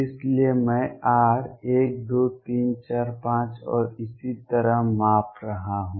इसलिए मैं r 1 2 3 4 5 और इसी तरह माप रहा हूं